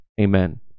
amen